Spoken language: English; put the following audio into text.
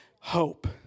Hope